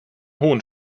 hohen